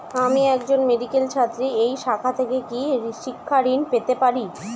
আমি একজন মেডিক্যাল ছাত্রী এই শাখা থেকে কি শিক্ষাঋণ পেতে পারি?